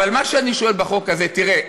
אבל מה שאני שואל בחוק הזה, תראה,